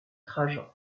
trajan